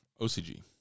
OCG